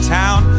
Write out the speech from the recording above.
town